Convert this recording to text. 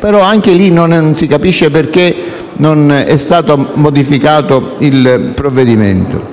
ma, anche lì, non si capisce perché non sia stato modificato il provvedimento.